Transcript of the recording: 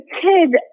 kid